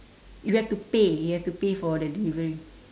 you have to pay you have to pay for the delivery